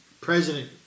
President